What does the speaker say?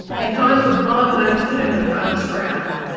because the bomb left him without a scratch,